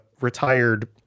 retired